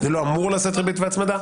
זה לא נושא ריבית והצמדה?